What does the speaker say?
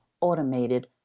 automated